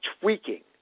tweaking